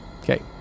Okay